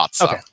Okay